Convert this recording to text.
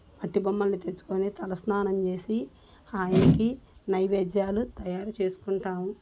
మట్టి బొమ్మల్ని తెచ్చుకొని తల స్నానం చేసి ఆయనకి నైవేద్యాలు తయారు చేసుకుంటాము